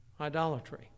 Idolatry